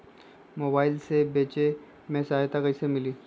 Mobile से बेचे में सहायता कईसे मिली?